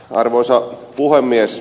arvoisa puhemies